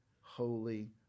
holy